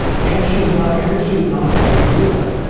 chemistry is not chemistry is not difficult to deal with.